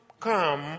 come